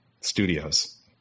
Studios